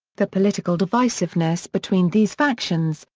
the political divisiveness between these factions,